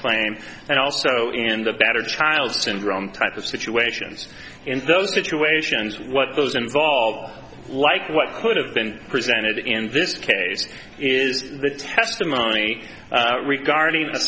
claim and also in the better child syndrome type of situations in those situations what those involved like what could have been presented in this case is the testimony regarding